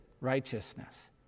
righteousness